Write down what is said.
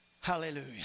hallelujah